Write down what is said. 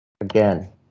Again